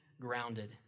grounded